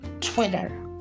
Twitter